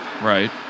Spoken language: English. Right